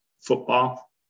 football